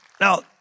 Now